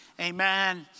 Amen